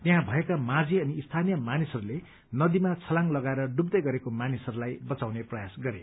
त्यहाँ भएको माझी अनि स्थानीय मानिसहरूले नदीमा छलांग लगाएर डुथ्यै गरेको मानिसहरूलाई बचाउने प्रयास गरे